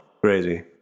Crazy